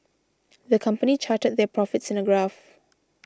the company charted their profits in a graph